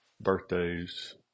birthdays